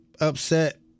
upset